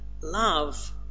love